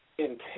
Intense